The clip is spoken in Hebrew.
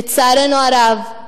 לצערנו הרב,